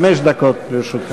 חמש דקות לרשותך.